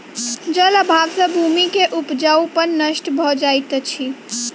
जल अभाव सॅ भूमि के उपजाऊपन नष्ट भ जाइत अछि